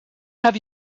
have